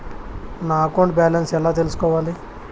నా account balance ఎలా తెల్సుకోవాలి